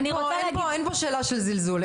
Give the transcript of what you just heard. אין פה שאלה של זלזול,